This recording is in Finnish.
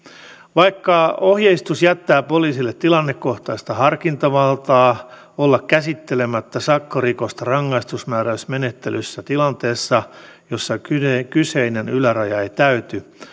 vaikka ohjeistus jättää poliisille tilannekohtaista harkintavaltaa olla käsittelemättä sakkorikosta rangaistusmääräysmenettelyssä tilanteessa jossa kyseinen yläraja ei täyty